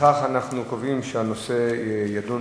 לפיכך אני קובע שהנושא יידון